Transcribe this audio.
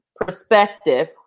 perspective